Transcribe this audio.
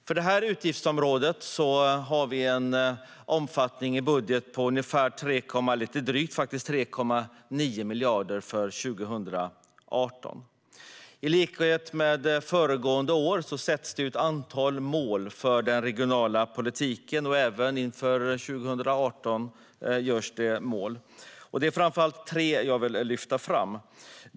För detta utgiftsområde har vi en budget på lite drygt 3,9 miljarder för 2018. I likhet med föregående år sätts ett antal mål för den regionala politiken, och även för 2018 sätts ett antal mål. Det är framför allt tre mål som jag vill lyfta fram.